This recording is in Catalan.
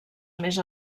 més